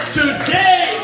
today